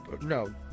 no